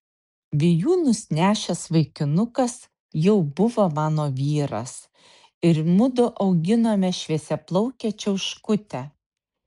bijūnus nešęs vaikinukas jau buvo mano vyras ir mudu auginome šviesiaplaukę čiauškutę